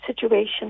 situation